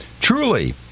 Truly